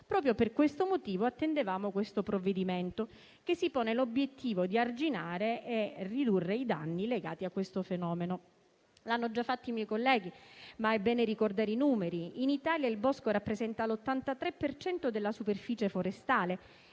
proprio per questo motivo attendevamo questo provvedimento, che si pone l'obiettivo di arginare e ridurre i danni legati a tale fenomeno. Lo hanno già fatto i miei colleghi, ma è bene ribadire i numeri: in Italia il bosco rappresenta l'83 per cento della superficie forestale